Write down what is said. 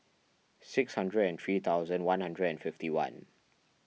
six hundred and three thousand one hundred and fifty one